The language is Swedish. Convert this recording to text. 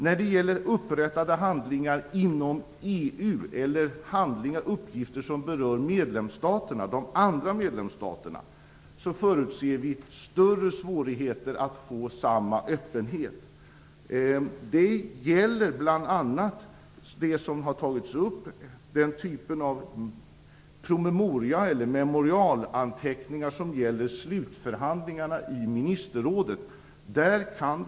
När det gäller handlingar upprättade inom EU eller handlingar och uppgifter som berör de andra medlemsstaterna förutser vi större svårigheter att få samma öppenhet. Det gäller bl.a. sådana memorialanteckningar som förs vid slutförhandlingarna i ministerrådet, något som har tagits upp här.